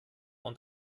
und